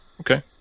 Okay